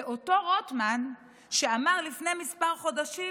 זה אותו רוטמן שאמר לפני כמה חודשים